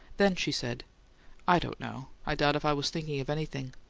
then she said i don't know i doubt if i was thinking of anything.